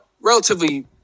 relatively